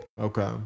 Okay